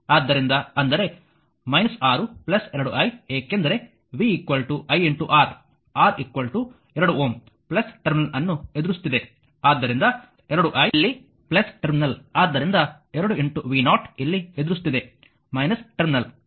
ಆದ್ದರಿಂದ ಇದು KVL ಆದ್ದರಿಂದ ಅಂದರೆ 6 2i ಏಕೆಂದರೆ v iR R 2 Ω ಟರ್ಮಿನಲ್ ಅನ್ನು ಎದುರಿಸುತ್ತಿದೆ ಆದ್ದರಿಂದ 2i ಇಲ್ಲಿ ಟರ್ಮಿನಲ್ ಆದ್ದರಿಂದ 2v0 ಇಲ್ಲಿ ಎದುರಿಸುತ್ತಿದೆ ಟರ್ಮಿನಲ್